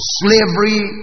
slavery